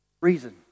Reason